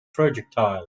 projectile